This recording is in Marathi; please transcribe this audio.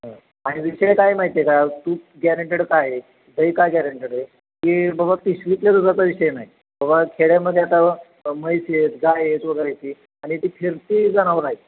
हं आणि विषय काय माहिती आहे का तूप गॅरेंटेड का आहे दही का गॅरेंटेड आहे की बाबा पिशवीतल्या दुधाचा विषय नाही बाबा खेड्यामध्ये आता म्हैस आहेत गाय आहेत वगैरे ती आणि ती फिरती जनावरं हायत